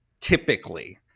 Typically